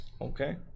Okay